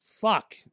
Fuck